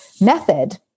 method